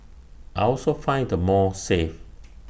I also find the mall safe